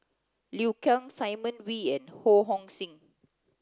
Liu Kang Simon Wee and Ho Hong Sing